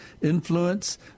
influence